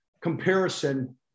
comparison